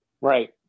Right